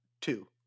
Two